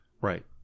Right